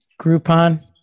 Groupon